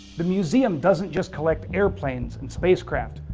the museum doesn't just collect airplanes and spacecraft.